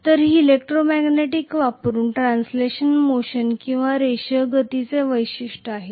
तर ही इलेक्ट्रोमॅग्नेट वापरुन ट्रान्सलेशनल मोशन किंवा रेषीय गतीची वैशिष्ट्ये आहेत